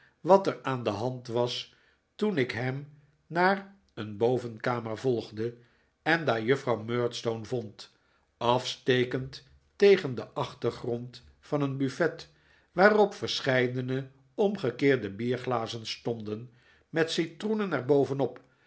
wat er aan de hand was toen ik hem naar een bovenkamer volgde en daar juffrouw murdstone vond afstekend tegen den achtergrond van een buffet waarop verscheidene omgekeerde bierglazen stonden met citroenen er bovenop